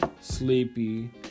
Sleepy